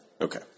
Okay